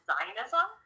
Zionism